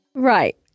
Right